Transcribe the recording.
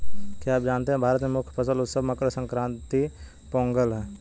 क्या आप जानते है भारत में मुख्य फसल उत्सव मकर संक्रांति, पोंगल है?